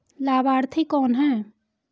लाभार्थी कौन है?